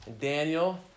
Daniel